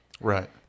Right